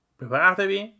preparatevi